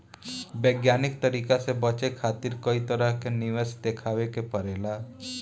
वैज्ञानिक तरीका से बचे खातिर कई तरह के निवेश देखावे के पड़ेला